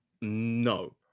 No